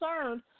concerned